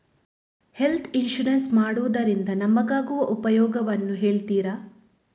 Health insurance ಮಾಡೋದ್ರಿಂದ ನಮಗಾಗುವ ಉಪಯೋಗವನ್ನು ಹೇಳ್ತೀರಾ?